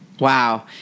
Wow